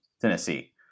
Tennessee